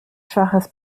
schwaches